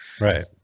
Right